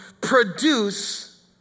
produce